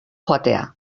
joatea